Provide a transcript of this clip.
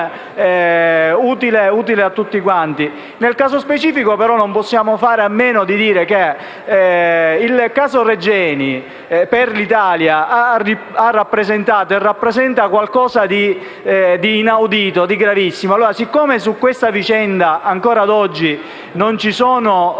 Nel caso specifico, non possiamo fare a meno di dire che il caso Regeni per l'Italia ha rappresentato e rappresenta qualcosa di inaudito e di gravissimo. Siccome su questa vicenda ancora oggi non c'è